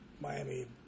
Miami